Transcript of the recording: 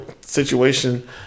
situation